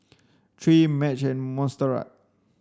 Trae Madge and Montserrat